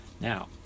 Now